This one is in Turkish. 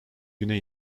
güne